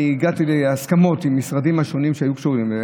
הגעתי להסכמות עם המשרדים השונים שהיו קשורים.